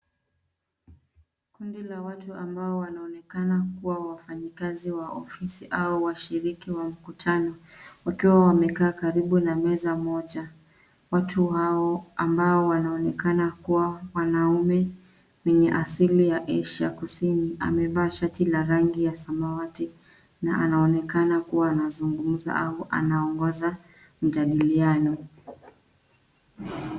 Kundi la watu ambao wanaonekana kuwa wafanyikazi wa ofisi au washiriki wa mkutano wakiwa wamekaa karibu na meza moja. Watu hao ambao wanaonekana kuwa wanaume mwenye asili ya Asia Kusini amevaa shati la rangi ya samawati na anaonekana kuwa anazungumza au anaongoza mjadiliano.